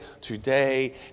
today